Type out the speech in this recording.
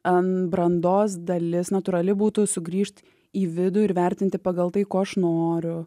ant brandos dalis natūrali būtų sugrįžti į vidų ir vertinti pagal tai ko aš noriu